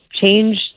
change